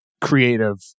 creative